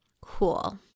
cool